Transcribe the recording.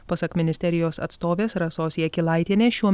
pasak ministerijos atstovės rasos jakilaitienės šiuo